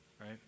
Right